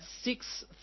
six